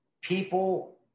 People